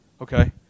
Okay